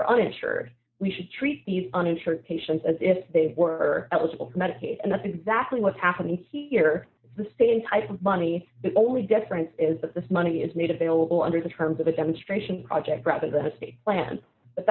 are uninsured we should treat these uninsured patients as if they were eligible for medicaid and that's exactly what's happening here the same type of money the only difference is that this money is made available under the terms of a demonstration project rather than a state plan